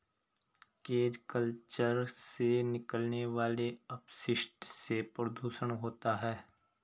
cage culture से निकलने वाले अपशिष्ट से प्रदुषण होता है